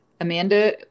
amanda